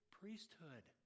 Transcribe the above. priesthood